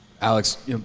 Alex